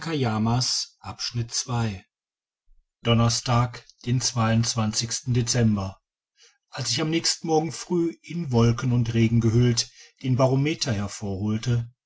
donnerstag dezember als ich am nächsten morgen früh in wolken und regen gehüllt den barometer hervorholte